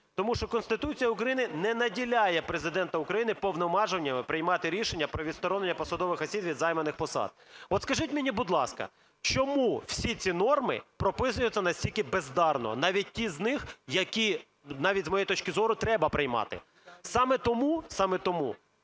Тому що Конституція України не наділяє Президента України повноваженнями приймати рішення про відсторонення посадових осіб від займаних посад. От скажіть мені, будь ласка, чому всі ці норми прописуються настільки бездарно, навіть ті з них, які навіть, з моєї точки зору, треба приймати? Саме тому правку